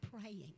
praying